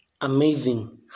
amazing